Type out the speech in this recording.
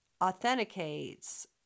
authenticates